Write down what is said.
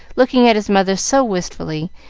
looking at his mother so wistfully,